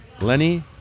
Lenny